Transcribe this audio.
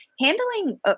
Handling